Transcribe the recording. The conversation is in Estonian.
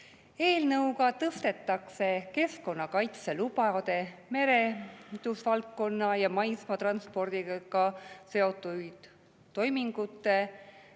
Eelnõuga tõstetakse keskkonnakaitselubade, merendusvaldkonna ja maismaatranspordiga seotud toimingute,